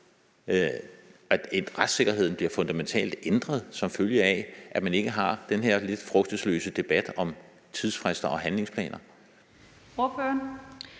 at retssikkerheden bliver fundamentalt ændret, som følge af at man ikke har den her lidt frugtesløse debat om tidsfrister og handlingsplaner?